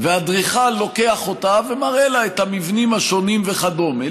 ואדריכל לוקח אותה ומראה לה את המבנים השונים וכדומה.